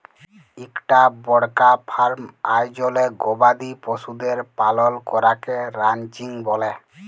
ইকটা বড়কা ফার্ম আয়জলে গবাদি পশুদের পালল ক্যরাকে রানচিং ব্যলে